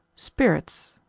spirits.